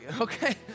okay